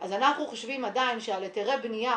אז אנחנו חושבים עדיין שעל היתרי בנייה,